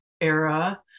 era